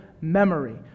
memory